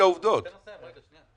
תן לו לסיים.